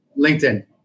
LinkedIn